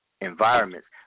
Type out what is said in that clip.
environments